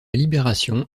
libération